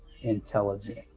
intelligent